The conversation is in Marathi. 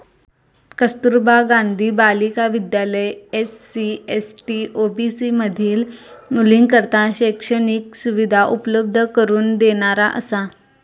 कस्तुरबा गांधी बालिका विद्यालय एस.सी, एस.टी, ओ.बी.सी मधील मुलींकरता शैक्षणिक सुविधा उपलब्ध करून देणारा असा